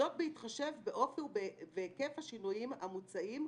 זאת בהתחשב באופי ובהיקף השינויים המוצעים,